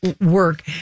work